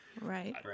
Right